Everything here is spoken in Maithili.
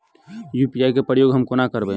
यु.पी.आई केँ प्रयोग हम कोना करबे?